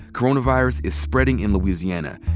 coronavirus is spreading in louisiana,